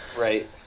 Right